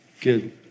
Good